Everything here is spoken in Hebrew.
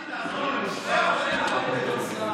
לא,